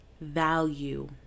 value